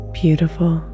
beautiful